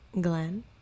Glenn